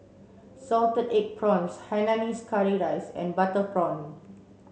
salted egg prawns Hainanese curry rice and butter prawn